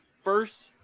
first